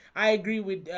i agree with